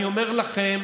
אני אומר לכם: